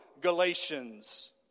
Galatians